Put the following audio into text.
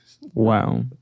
wow